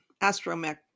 Astromech